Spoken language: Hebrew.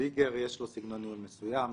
לביגר יש סגנון ניהול מסוים,